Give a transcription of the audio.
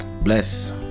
Bless